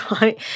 right